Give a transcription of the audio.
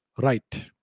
Right